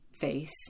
face